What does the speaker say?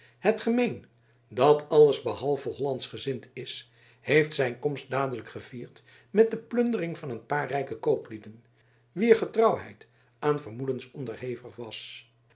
het gemeen dat alles behalve hollandschgezind is heeft zijn komst dadelijk gevierd met de plundering van een paar rijke kooplieden wier getrouwheid aan vermoedens onderhevig was